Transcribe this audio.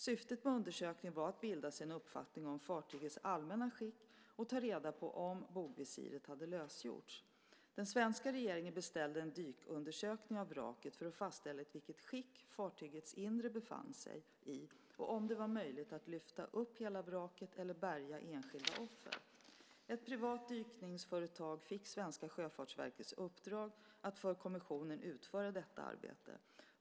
Syftet med undersökningen var att bilda sig en uppfattning om fartygets allmänna skick och ta reda på om bogvisiret hade lösgjorts. Den svenska regeringen beställde en dykundersökning av vraket för att fastställa i vilket skick fartygets inre befann sig i och om det var möjligt att lyfta upp hela vraket eller bärga enskilda offer. Ett privat dykningsföretag fick svenska Sjöfartsverkets uppdrag att för kommissionen utföra detta arbete.